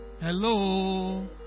Hello